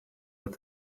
with